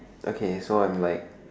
okay so I'm like